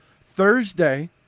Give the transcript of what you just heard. Thursday